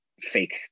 fake